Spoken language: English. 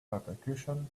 repercussions